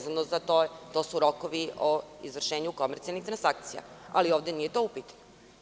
To su rokovi o izvršenju komercijalnih transakcija, ali ovde nije to upit.